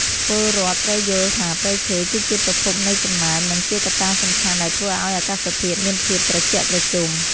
ពលរដ្ឋត្រូវយល់ថាព្រៃឈើគឺជាប្រភពនៃសំណើម និងជាកត្តាសំខាន់ដែលធ្វើឱ្យអាកាសធាតុមានភាពត្រជាក់ត្រជុំ។